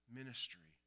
ministry